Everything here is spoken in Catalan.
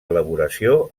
elaboració